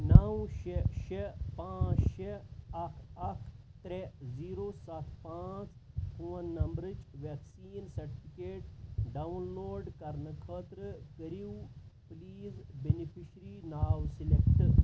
نو شےٚ شےٚ پانٛژھ شےٚ اکھ اکھ ترٛےٚ زیٖرو سَتھ پانٛژھ فون نمبرٕچ ویکسیٖن سرٹِفکیٹ ڈاوُن لوڈ کرنہٕ خٲطرٕ کٔرِو پلیٖز بینِفیشرِی ناو سِیٚلیکٹ